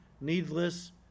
needless